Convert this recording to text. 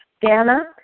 Dana